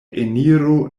eniro